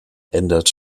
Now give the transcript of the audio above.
ändert